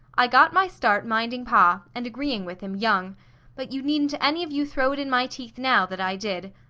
i got my start, minding pa, and agreeing with him, young but you needn't any of you throw it in my teeth now, that i did.